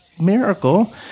miracle